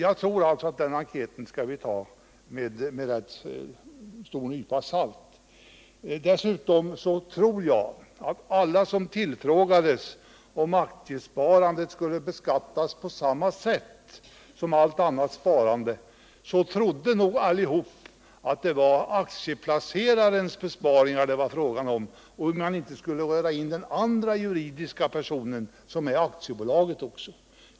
Vi bör alltså ta den här enkäten med en rätt stor nypa salt. Dessutom är jag säker på att alla som tillfrågades om huruvida aktiesparandet skulle beskattas på samma sätt som allt annat sparande trodde att det var aktieplacerarens besparingar det var fråga om och att man inte skulle blanda in den andra juridiska parten, dvs. aktiebolaget.